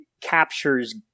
captures